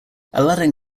aladdin